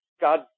God